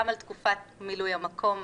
גם על תקופת מילוי המקום.